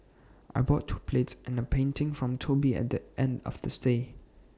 I bought two plates and A painting from Toby at the end of the stay